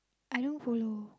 I don't follow